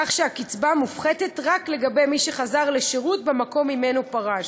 כך שהקצבה מופחתת רק לגבי מי שחזר לשירות במקום שממנו פרש,